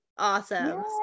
Awesome